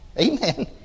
Amen